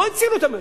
לא הצילו את המשק,